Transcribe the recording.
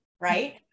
right